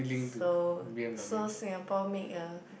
so so Singapore make a